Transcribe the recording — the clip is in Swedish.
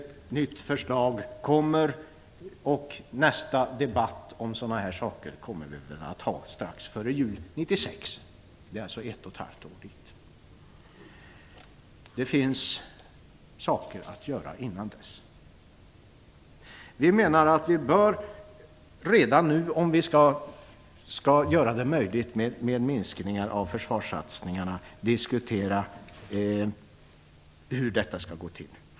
Ett nytt förslag kommer, och nästa debatt om sådana här frågor kommer väl att hållas strax före jul 1996 - det är alltså ett och ett halvt år dit. Det finns saker att göra innan dess. Vi bör redan nu, om det skall bli möjligt att minska försvarsinsatserna, diskutera hur detta skall gå till.